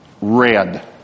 Red